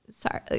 sorry